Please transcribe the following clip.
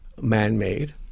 man-made